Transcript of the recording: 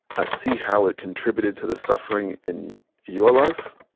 ah see how it contributed to the suffering in your life.